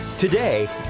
today.